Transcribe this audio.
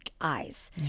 eyes